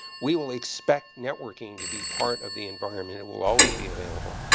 we will expect networking to be part of the environment. it will always be available.